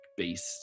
based